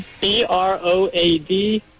B-R-O-A-D